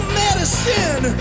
medicine